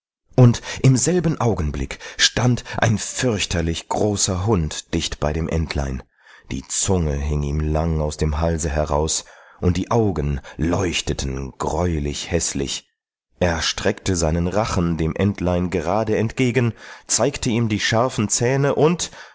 und im selben augenblick stand ein fürchterlich großer hund dicht bei dem entlein die zunge hing ihm lang aus dem halse heraus und die augen leuchteten greulich häßlich er streckte seinen rachen dem entlein gerade entgegen zeigte ihm die scharfen zähne und